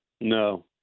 No